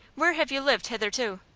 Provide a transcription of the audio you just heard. where have you lived hitherto?